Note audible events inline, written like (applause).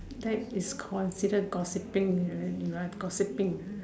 that is considered gossiping you (noise) you are gossiping uh